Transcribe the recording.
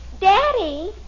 Daddy